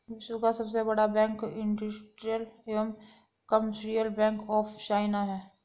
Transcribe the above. विश्व का सबसे बड़ा bank industrial and commercial bank of China है